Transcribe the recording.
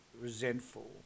resentful